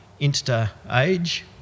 insta-age